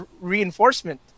reinforcement